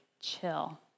chill